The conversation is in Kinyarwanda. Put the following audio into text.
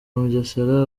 mugesera